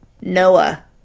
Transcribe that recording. Noah